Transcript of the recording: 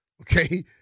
okay